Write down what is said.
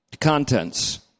Contents